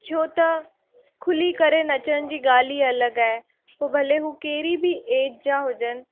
छो त खुली करे नचण जी ॻाल्हि ई अलॻि आहे पोइ भले हू कहिड़ी बि एज जा हुजनि